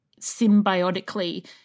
symbiotically